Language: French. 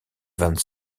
vingt